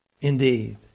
Indeed